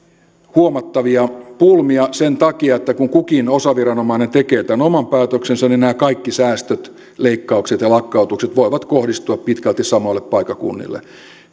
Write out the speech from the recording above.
huomattavia pulmia sen takia että kun kukin osaviranomainen tekee tämän oman päätöksensä niin nämä kaikki säästöt leikkaukset ja lakkautukset voivat kohdistua pitkälti samoille paikkakunnille